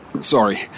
Sorry